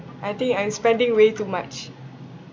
I think I'm spending way too much